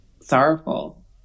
sorrowful